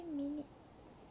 minutes